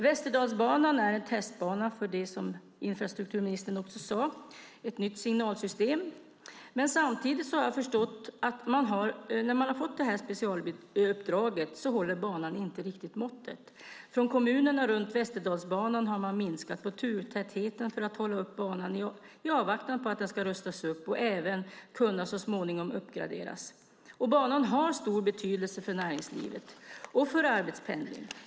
Västerdalsbanan är en testbana för det som infrastrukturministern också nämnde, ett nytt signalsystem. Samtidigt har jag förstått att när man har fått det här specialuppdraget håller banan inte riktigt måttet. Från kommunerna runt Västerdalsbanan har man minskat turtätheten för att hålla uppe banan i avvaktan på att den ska rustas upp och så småningom även uppgraderas. Banan har stor betydelse för näringslivet och för arbetspendlingen.